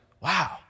wow